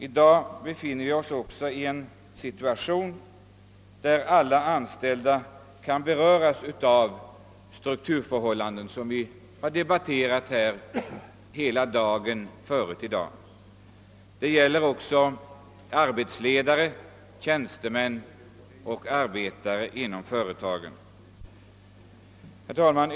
I dag befinner vi oss i en situation, där alla anställda kan beröras av de strukturförhållanden som vi har debatterat hela dagen. Det gäller arbetsledare, tjänstemän och arbetare inom företagen. Herr talman!